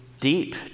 deep